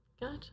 Gotcha